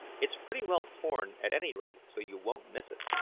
it's pretty well torn at any rate, so you won't miss it.